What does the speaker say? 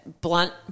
blunt